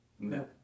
No